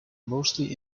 mostly